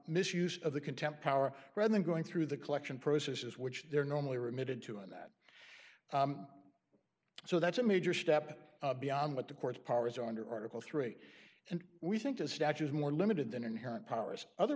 misuse of the contemp power rather than going through the collection processes which they're normally remitted to and that so that's a major step beyond what the courts powers under article three and we think the statue is more limited than inherent powers other